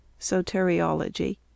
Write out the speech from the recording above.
Soteriology